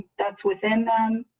that's within them.